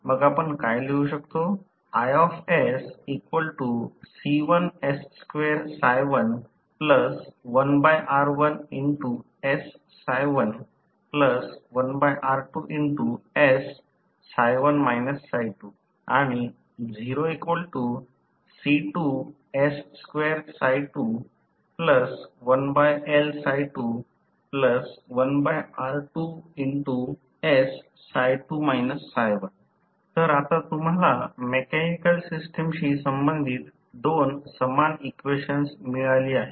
मग आपण लिहू शकतो तर आता तुम्हाला मेकॅनिकल सिस्टमशी संबंधित दोन समान इक्वेशन्स मिळाली आहेत